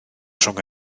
rhwng